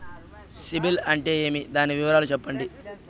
సిబిల్ అంటే ఏమి? దాని వివరాలు సెప్పండి?